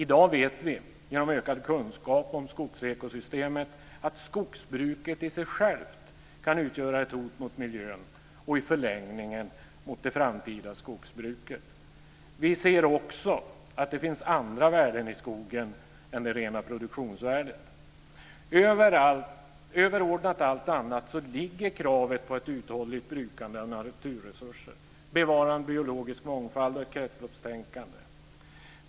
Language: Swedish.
I dag vet vi, genom ökad kunskap om skogsekosystemet, att skogsbruket i sig självt kan utgöra ett hot mot miljön och i förlängningen mot det framtida skogsbruket. Vi ser också att det finns andra värden i skogen än det rena produktionsvärdet. Överordnat allt annat ligger kravet på ett uthålligt brukande av naturresurser, bevarande av biologisk mångfald och ett kretsloppstänkande.